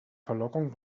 verlockung